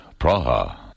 Praha